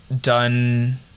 done